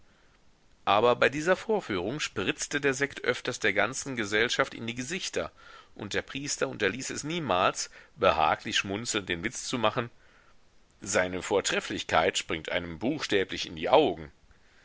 aber bei dieser vorführung spritzte der sekt öfters der ganzen gesellschaft in die gesichter und der priester unterließ es niemals behaglich schmunzelnd den witz zu machen seine vortrefflichkeit springt einem buchstäblich in die augen